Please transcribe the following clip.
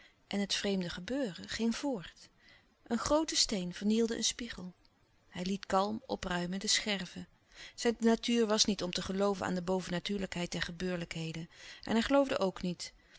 en het vreemde gebeuren ging voort een groote steen vernielde een spiegel hij liet kalm opruimen de scherven zijn natuur was niet om te gelooven aan de bovennatuurlijkheid der gebeurlijkheden en hij geloofde ook niet